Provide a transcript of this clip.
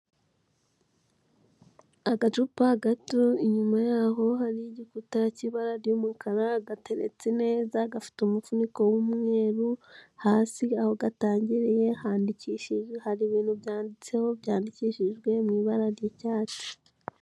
Agacupa gato, inyuma yaho hari igikuta cy'ibara ry'umukara, gateretse neza, gafite umufuniko w'umweru, hasi aho gatangiriye handikishije, hari ibintu byanditseho byandikishijwe mu ibara ry'icyatsi.